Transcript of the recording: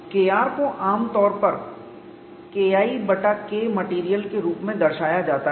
Kr को आमतौर पर KI बटा Kmat के रूप में दर्शाया जाता है